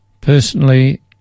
Personally